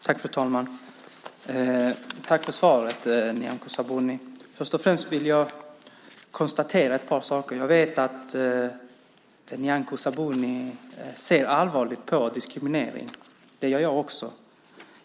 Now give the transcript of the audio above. Fru talman! Tack för svaret, Nyamko Sabuni! Först och främst vill jag konstatera ett par saker. Jag vet att Nyamko Sabuni ser allvarligt på diskriminering. Det gör även jag.